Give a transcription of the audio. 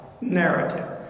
Narrative